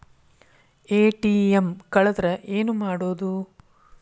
ATM ಕಳದ್ರ ಏನು ಮಾಡೋದು?